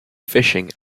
fishing